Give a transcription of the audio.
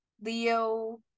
Leo